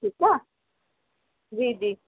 ठीकु आहे जी जी